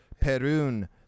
Perun